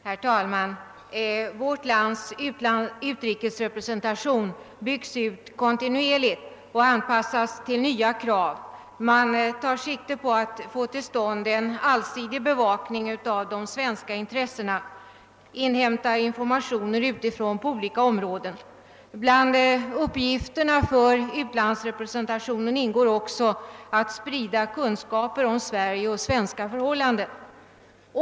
Herr talman! Vårt lands utrikesrepresentation byggs ut kontinuerligt och anpassas till nya krav. Man tar sikte på att få till stånd en allsidig bevakning av de svenska intressena och att inhämta informationer utifrån på olika områden. Bland uppgifterna för ut landsrepresentationen ingår också att sprida kunskaper om Sverige och svenska förhållanden.